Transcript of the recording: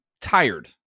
tired